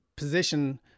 position